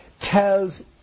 tells